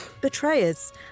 betrayers